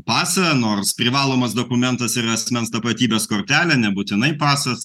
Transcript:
pasą nors privalomas dokumentas yra asmens tapatybės kortelė nebūtinai pasas